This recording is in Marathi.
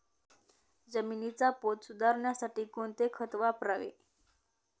जमिनीचा पोत सुधारण्यासाठी कोणते खत वापरावे?